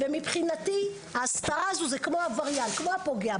מבחינתי ההסתרה הזו זה כמו עבריין, כמו הפוגע.